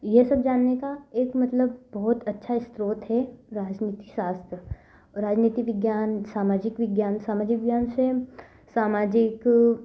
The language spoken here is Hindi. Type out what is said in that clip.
यह सब जानने का एक मतलब बहुत अच्छा स्रोत है राजनीतिक शास्त्र राजनीतिक विज्ञान सामाजिक विज्ञान सामाजिक विज्ञान से हम सामाजिक